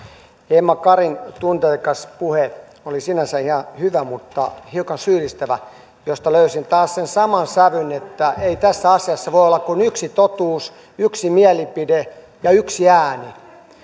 emma karin tunteikas puhe oli sinänsä ihan hyvä mutta hiukan syyllistävä josta löysin taas sen saman sävyn että ei tässä asiassa voi olla kuin yksi totuus yksi mielipide ja yksi ääni